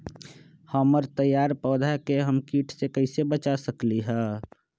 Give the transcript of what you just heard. हमर तैयार पौधा के हम किट से कैसे बचा सकलि ह?